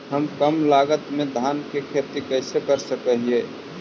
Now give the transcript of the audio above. हम कम लागत में धान के खेती कर सकहिय?